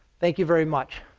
thank you very much.